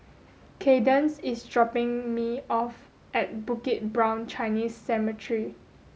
Kadence is dropping me off at Bukit Brown Chinese Cemetery